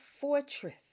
fortress